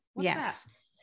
Yes